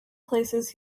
places